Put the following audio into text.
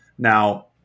Now